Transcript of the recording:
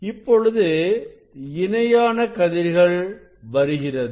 இப்பொழுது இணையான கதிர்கள் வருகிறது